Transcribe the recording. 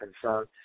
concerned